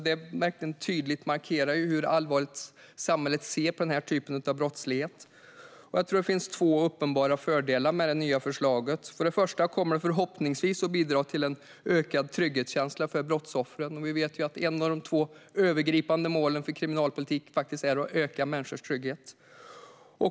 Det markerar tydligt hur allvarligt samhället ser på den här typen av brottslighet. Jag tror att det finns två uppenbara fördelar med det nya förslaget. För det första kommer det förhoppningsvis att bidra till en ökad trygghetskänsla för brottsoffren. Vi vet att ett av de två övergripande målen för kriminalpolitik är att öka människors trygghet.